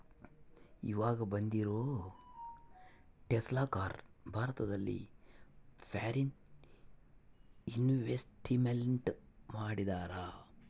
ಈವಾಗ ಬಂದಿರೋ Tesla car ಭಾರತದಲ್ಲಿ ಫಾರಿನ್ ಇನ್ವೆಸ್ಟ್ಮೆಂಟ್ ಮಾಡಿದರಾ